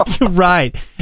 right